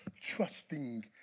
trusting